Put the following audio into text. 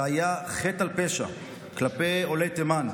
שהיה חטא על פשע כלפי עולי תימן,